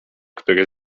który